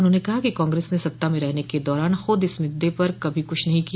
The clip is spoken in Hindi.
उन्होंने कहा कि कांग्रेस ने सत्ता में रहने के दौरान खूद इस मुद्दे पर कुछ नहीं किया